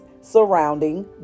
surrounding